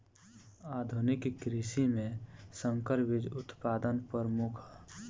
आधुनिक कृषि में संकर बीज उत्पादन प्रमुख ह